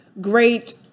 great